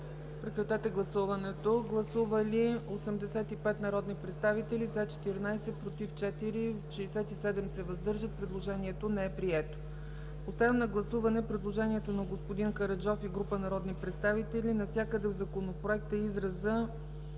това предложение. Гласували 85 народни представители: за 14, против 4, въздържали се 67. Предложението не е прието. Поставям на гласуване предложението на господин Караджов и група народни представители навсякъде в Законопроекта изразът